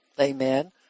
Amen